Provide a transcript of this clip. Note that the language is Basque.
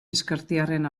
ezkertiarren